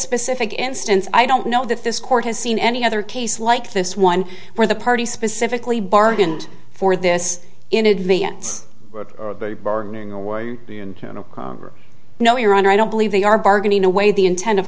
specific instance i don't know that this court has seen any other cases like this one where the parties specifically bargained for this in advance no your honor i don't believe they are bargaining away the intent of